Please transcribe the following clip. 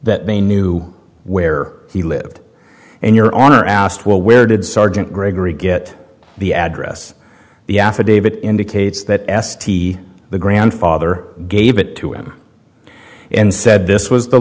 that they knew where he lived and your honor asked well where did sergeant gregory get the address the affidavit indicates that s t the grandfather gave it to em and said this was the